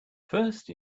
first